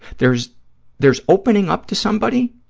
there's there's opening up to somebody,